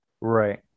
right